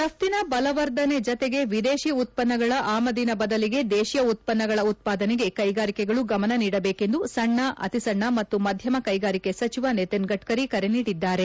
ರಫ್ಟಿನ ಬಲವರ್ಧನೆ ಜತೆಗೆ ವಿದೇತಿ ಉತ್ವನ್ನಗಳ ಆಮದಿನ ಬದಲಿಗೆ ದೇತೀಯ ಉತ್ವನ್ನಗಳ ಉತ್ಪಾದನೆಗೆ ಕೈಗಾರಿಕೆಗಳು ಗಮನ ನೀಡಬೇಕೆಂದು ಸಣ್ಣ ಅತಿಸಣ್ಣ ಮತ್ತು ಮಧ್ಯಮ ಕೈಗಾರಿಕೆ ಸಚಿವ ನಿತಿನ್ ಗಡ್ಕರಿ ಕರೆ ನೀಡಿದ್ದಾರೆ